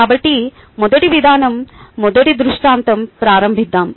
కాబట్టి మొదటి విధానంమొదటి దృష్టాంతం ప్రారంభిద్దాం